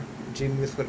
gym just for